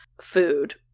food